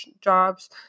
jobs